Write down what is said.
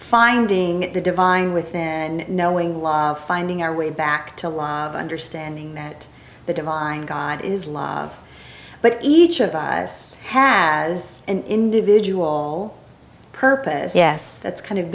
finding the divine within knowing love finding our way back to life understanding that the divine god is love but each of us has an individual purpose yes that's kind of